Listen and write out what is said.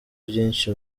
vyinshi